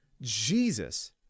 Jesus